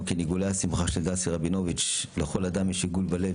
"עיגולי השמחה" של דסי רבינוביץ': לכל דם יש עיגול בלב,